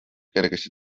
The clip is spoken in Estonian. kergesti